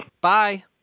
Bye